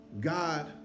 God